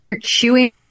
chewing